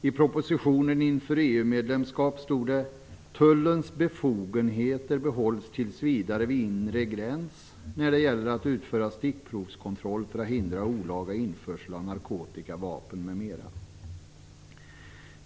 I propositionen inför EU-medlemskap stod det: Tullens befogenheter behålls tills vidare vid inre gräns när det gäller att utföra stickprovskontroller för att hindra olaga införsel av narkotika, vapen, m.m.